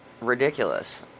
ridiculous